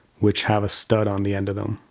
which have a stud on the end of them.